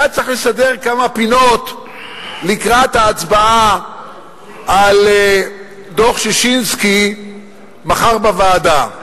היה צריך לסדר כמה פינות לקראת ההצבעה על דוח-ששינסקי מחר בוועדה.